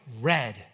red